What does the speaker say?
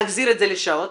להחזיר את זה לשעות.